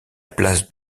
place